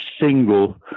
single